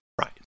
Right